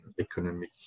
economic